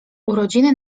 urodziny